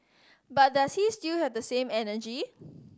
but does he still have the same energy